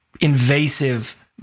invasive